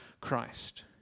Christ